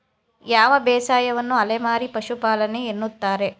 ಯಾವ ಬೇಸಾಯವನ್ನು ಅಲೆಮಾರಿ ಪಶುಪಾಲನೆ ಎನ್ನುತ್ತಾರೆ?